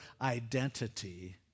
identity